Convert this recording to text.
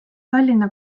tallinna